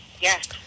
yes